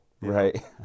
Right